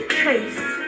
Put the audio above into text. trace